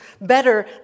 better